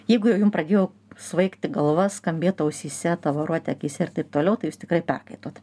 jeigu jau jum pradėjo svaigti galva skambėt ausyse tavaruoti akyse ir taip toliau tai jūs tikrai perkaitote